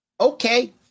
Okay